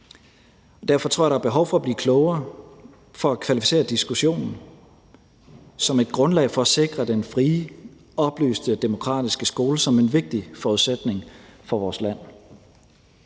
Derfor tror jeg, der er behov for at blive klogere for at kvalificere diskussionen som et grundlag for at sikre den frie, oplyste, demokratiske skole som en vigtig forudsætning for vores land.